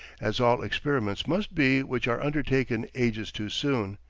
as all experiments must be which are undertaken ages too soon.